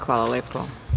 Hvala lepo.